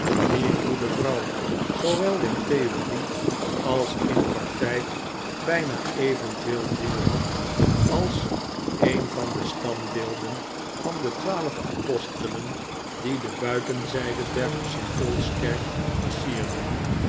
die goede vrouw zoowel in theorie als in practijk bijna evenveel deel had als een van de standbeelden van de twaalf apostelen die de buitenzijde der st